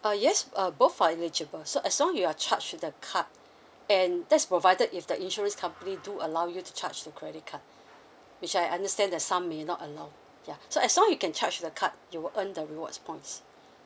uh yes uh both are eligible so as long you're charge to the card and that's provided if the insurance company do allow you to charge your credit card which I understand that some may not allow ya so as long you can charge the card you will earn the rewards points